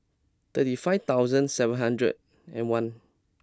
thirty five thousand seven hundred and one